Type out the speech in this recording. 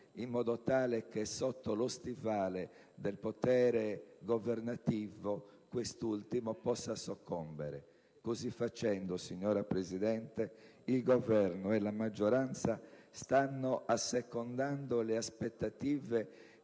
in modo tale che sotto lo stivale del potere governativo quest'ultimo possa soccombere. Così facendo, signora Presidente, il Governo e la maggioranza stanno assecondando le aspettative